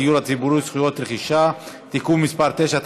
הדיור הציבורי (זכויות רכישה) (תיקון מס' 9),